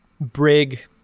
Brig